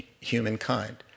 humankind